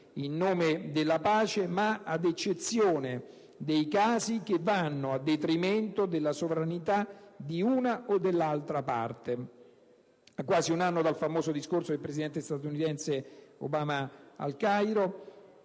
in nome della pace, ma «ad eccezione dei casi che vanno a detrimento della sovranità di una o dell'altra parte». A quasi un anno dal famoso discorso del presidente statunitense Obama al Cairo,